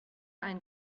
ein